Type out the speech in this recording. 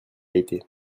été